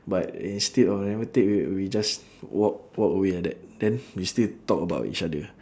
but instead of never take right we just walk walk away like that then we still talk about each other